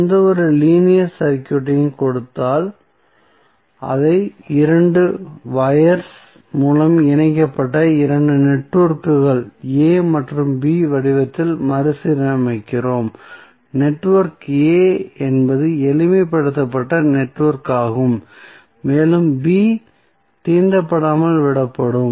எந்தவொரு லீனியர் சர்க்யூட்டையும் கொடுத்தால் அதை 2 வயர்ஸ் மூலம் இணைக்கப்பட்ட 2 நெட்வொர்க்குகள் A மற்றும் B வடிவத்தில் மறுசீரமைக்கிறோம் நெட்வொர்க் A என்பது எளிமைப்படுத்தப்பட வேண்டிய நெட்வொர்க் ஆகும் மேலும் B தீண்டப்படாமல் விடப்படும்